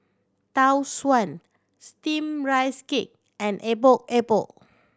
Tau Suan Steamed Rice Cake and Epok Epok